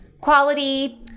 quality